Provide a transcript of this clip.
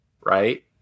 right